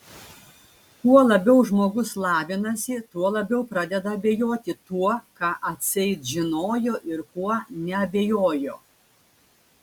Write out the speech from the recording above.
kuo labiau žmogus lavinasi tuo labiau pradeda abejoti tuo ką atseit žinojo ir kuo neabejojo